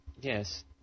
Yes